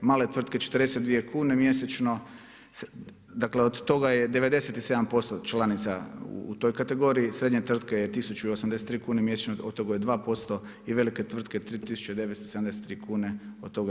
Male tvrtke 42 kune mjesečno, dakle od toga je 97% članica u toj kategoriji, srednje tvrtke je 1083 kune mjesečno od toga je 2% i velike tvrtke 3973 kune od toga 1%